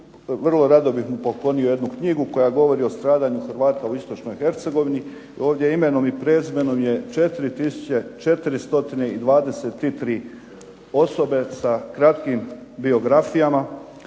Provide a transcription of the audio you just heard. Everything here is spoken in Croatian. vrlo rado bih mu poklonio jednu knjigu koja govori o stradanju Hrvata u istočnoj Hercegovini, ovdje imenom i prezimenom je 423 osobe sa kratkim biografijama